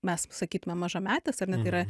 mes sakytume mažametės ar ne tai yra